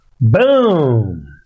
Boom